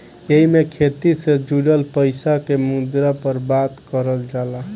एईमे खेती से जुड़ल पईसा के मुद्दा पर बात करल जाला